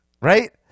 Right